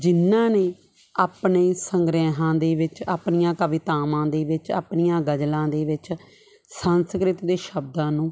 ਜਿਹਨਾਂ ਦੇ ਆਪਣੇ ਸੰਗ੍ਰਿਹਾਂ ਦੇ ਵਿੱਚ ਆਪਣੀਆਂ ਕਵਿਤਾਵਾਂ ਦੇ ਵਿੱਚ ਆਪਣੀਆਂ ਗਜ਼ਲਾਂ ਦੇ ਵਿੱਚ ਸੰਸਕ੍ਰਿਤ ਦੇ ਸ਼ਬਦਾਂ ਨੂੰ